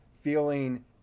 feeling